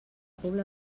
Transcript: pobla